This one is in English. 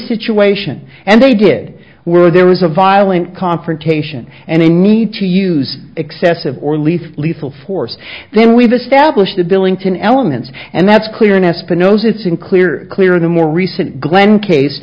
situation and they did where there was a violent confrontation and they need to use excessive or least lethal force then we've established the billington elements and that's clear in espinosa sing clear clear in the more recent glen case